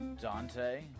Dante